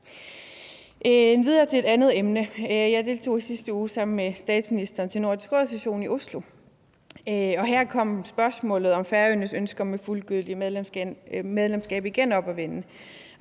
går videre til et andet emne. Jeg deltog i sidste uge sammen med statsministeren i Nordisk Råds session i Oslo, og her kom spørgsmålet om Færøernes ønske om et fuldgyldigt medlemskab af Nordisk